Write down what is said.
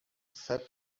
said